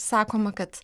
sakoma kad